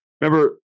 Remember